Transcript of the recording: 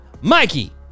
Mikey